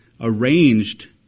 arranged